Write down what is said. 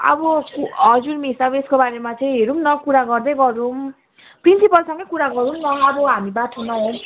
अब हजुर मिस अब यसको बारेमा चाहिँ हेरौँ न कुरा गर्दै गरौँ प्रिन्सिपलसँगै कुरा गरौँ न अब हामी बाठो न हौँ